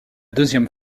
deuxième